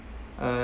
uh